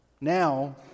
Now